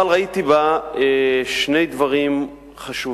אבל ראיתי בה שני דברים חשובים.